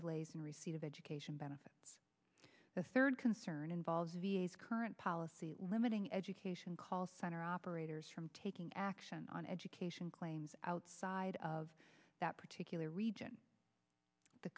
delays in receipt of education benefits the third concern involves v a s current policy limiting education call center operators from taking action on education claims outside of that particular region the